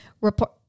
Report